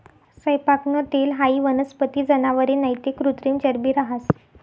सैयपाकनं तेल हाई वनस्पती, जनावरे नैते कृत्रिम चरबी रहास